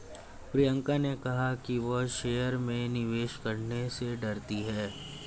प्रियंका ने कहा कि वह शेयर में निवेश करने से डरती है